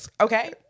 Okay